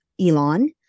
Elon